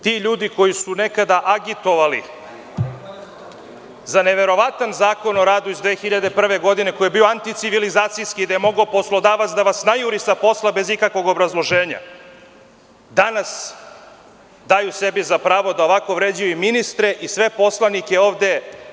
Tako da ti ljudi koji su nekada agitovali za neverovatan zakon o radu iz 2001. godine, koji je bio anticivilizacijski, gde je mogao poslodavac da vas najuri sa posla bez ikakvog obrazloženja, danas daju sebi za pravo da ovako vređaju i ministre i sve poslanike ovde.